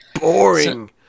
boring